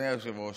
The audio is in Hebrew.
יצחק על רבקה,